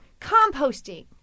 Composting